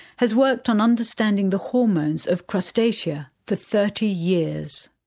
has worked on understanding the hormones of crustacea for thirty years.